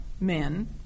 men